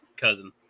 cousin